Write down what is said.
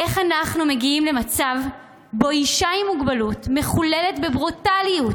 איך אנחנו מגיעים למצב שבו אישה עם מוגבלות מחוללת בברוטליות,